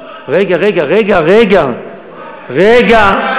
רגע, רגע, רגע, רגע, רגע.